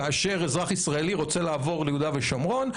כאשר אזרח ישראלי רוצה לעבור ליהודה ושומרון.